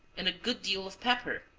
and a good deal of pepper,